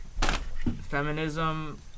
feminism